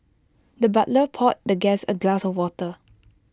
the butler poured the guest A glass of water